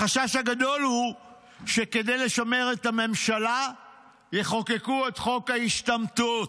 החשש הגדול הוא שכדי לשמר את הממשלה יחוקקו את חוק ההשתמטות,